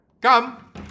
Come